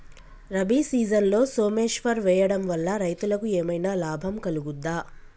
రబీ సీజన్లో సోమేశ్వర్ వేయడం వల్ల రైతులకు ఏమైనా లాభం కలుగుద్ద?